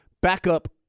backup